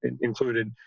included